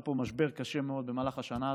היה פה משבר קשה מאוד במהלך השנה הזאת,